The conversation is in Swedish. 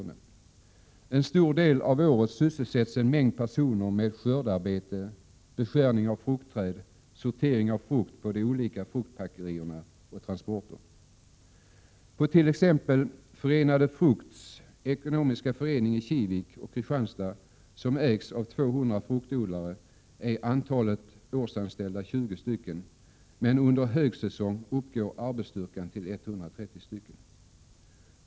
Under en stor del av året sysselsätts en mängd personer med skördearbete, beskärning av fruktträd, sortering av frukt på de olika fruktpackerierna och transporter. På t.ex. Förenade Frukts ekonomiska förening i Kivik och Kristianstad som ägs av 200 fruktodlare, är antalet årsanställda 20 personer, men under högsäsong uppgår arbetsstyrkan till 130 personer.